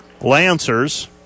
Lancers